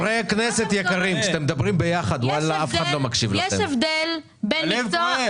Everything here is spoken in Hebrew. הלב כואב.